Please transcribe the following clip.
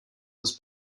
was